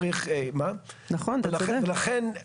אתה צודק,